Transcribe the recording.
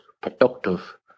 productive